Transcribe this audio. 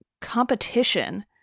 competition